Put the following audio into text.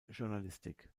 journalistik